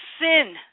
sin